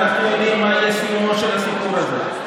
ואנחנו יודעים מה יהיה סיומו של הסיפור הזה.